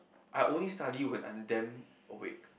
I only study when I'm damn awake